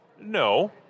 No